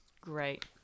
Great